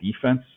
defense